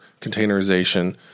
containerization